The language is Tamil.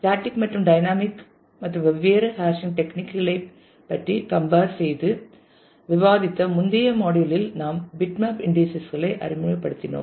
ஸ்டேட்டிக் மற்றும் டைனமிக் மற்றும் வெவ்வேறு ஹாஷிங் டெக்னிக் களை பற்றி கம்பேர் செய்து விவாதித்த முந்தைய மாடியுல் லில் நாம் பிட்மேப் இன்டீஸஸ்களை அறிமுகப்படுத்தினோம்